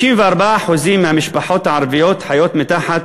54% מהמשפחות הערבית חיות מתחת